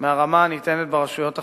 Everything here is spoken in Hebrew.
מהרמה הניתנת ברשויות אחרות,